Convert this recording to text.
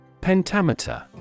Pentameter